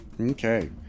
Okay